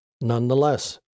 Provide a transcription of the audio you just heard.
Nonetheless